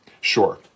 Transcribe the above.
Sure